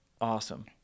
awesome